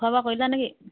খােৱা বোৱা কৰিলা নেকি